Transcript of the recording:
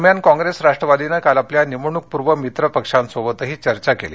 दरम्यान काँग्रेस राष्ट्रवादीनं काल आपल्या निवडणुकपूर्व मित्रपक्षांसोबतही चर्चा केली